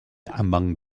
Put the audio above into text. among